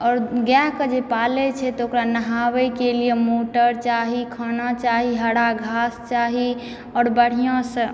आओर गैके जे पालैत छै तऽ ओकरा नहाबयके लिए मोटर चाही खाना चाही हरा घास चाही आओर बढ़िआँसँ